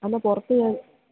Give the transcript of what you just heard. അവന് പുറത്തുപോകാന്